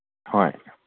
ꯍꯣꯏ